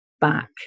back